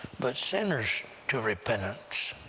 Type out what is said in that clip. but sinners to repentance.